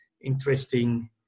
interesting